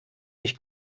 nicht